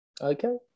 Okay